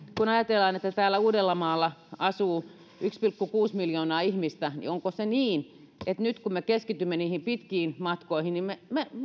kun ajatellaan että täällä uudellamaalla asuu yksi pilkku kuusi miljoonaa ihmistä onko se niin että nyt kun keskitymme pitkiin matkoihin niin me